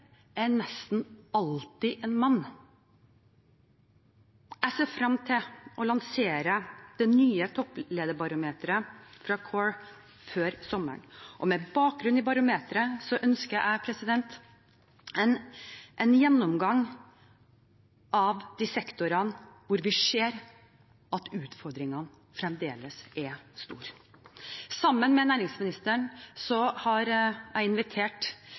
er nesten alltid en mann. Jeg ser frem til å lansere det nye topplederbarometeret fra CORE før sommeren. Med bakgrunn i barometeret ønsker jeg en gjennomgang av de sektorene hvor vi ser at utfordringene fremdeles er store. Sammen med næringsministeren har jeg invitert